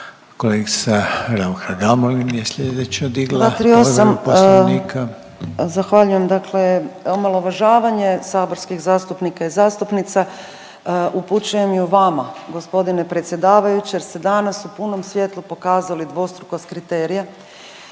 **Raukar-Gamulin, Urša (Možemo!)** Zahvaljujem. Dakle, omalovažavanje saborskih zastupnika i zastupnica. Upućujem je vama gospodine predsjedavajući jer ste danas u punom svjetlu pokazali dvostrukih kriterija,